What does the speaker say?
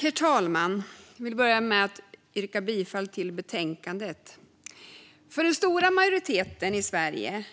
Herr talman! Jag vill börja med att yrka bifall till förslaget i betänkandet. För den stora majoriteten i Sverige